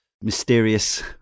mysterious